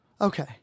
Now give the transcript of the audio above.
Okay